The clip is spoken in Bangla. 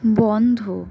বন্ধ